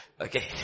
Okay